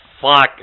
fuck